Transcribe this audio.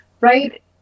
right